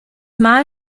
mal